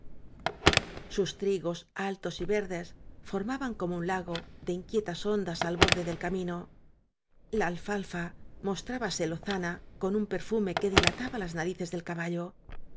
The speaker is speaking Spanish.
sus trigos al tos y verdes formaban como un lago de in j quietas ondas al bor de del camino la alfalfa mostráb fe lozana con un perfume que dilataba las narices del caballo